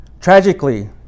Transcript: tragically